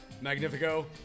Magnifico